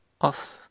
off